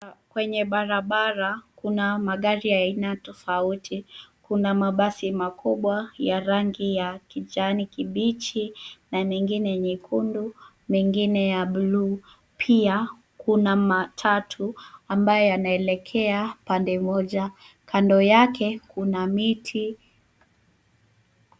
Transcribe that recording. Kwenye barabara, kuna magari ya aina tofauti kuna mabasi makubwa ya rangi ya kijani kibichi na mengine nyekundu, mengine ya bluu. Pia kuna matatu ambayo yanaelekea pande moja kando yake kuna miti.